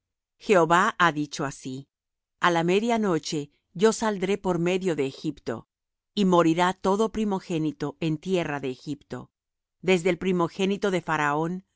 jehová ha dicho así a la media noche yo saldré por medio de egipto y morirá todo primogénito en tierra de egipto desde el primogénito de faraón